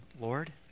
Lord